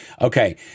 Okay